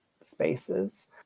spaces